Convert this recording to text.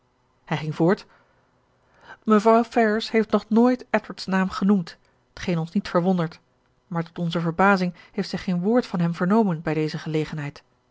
hij ging voort mevrouw ferrars heeft nog nooit edward's naam genoemd t geen ons niet verwondert maar tot onze verbazing heeft zij geen woord van hem vernomen bij deze gelegenheid